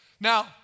Now